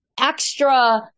extra